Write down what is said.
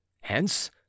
Hence